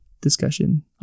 discussion